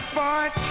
fight